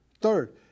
third